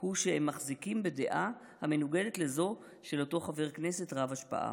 הוא שהם מחזיקים בדעה המנוגדת לזו של אותו חבר כנסת רב השפעה.